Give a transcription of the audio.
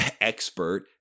expert